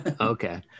okay